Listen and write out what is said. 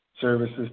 services